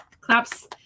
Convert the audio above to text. Claps